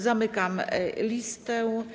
Zamykam listę.